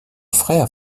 frère